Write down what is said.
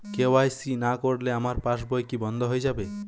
KYC না করলে আমার পাশ বই কি বন্ধ হয়ে যাবে?